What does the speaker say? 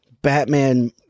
batman